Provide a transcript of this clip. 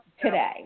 today